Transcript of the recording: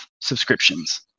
subscriptions